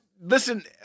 Listen